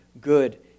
good